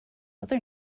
other